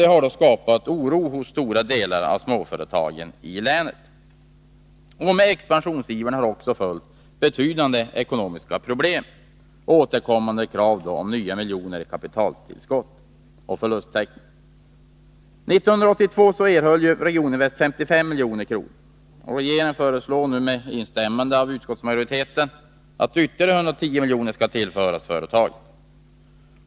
Detta har skapat oro hos en stor andel av småföretagen i länet. Med expansionsivern har följt betydande ekonomiska problem och återkommande krav på nya miljoner i kapitaltillskott och förlusttäckning. 1982 erhöll Regioninvest 55 milj.kr. Regeringen föreslår nu — och utskottsmajoriteten instämmer i detta — att ytterligare 110 milj.kr. skall tillföras företaget.